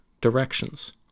directions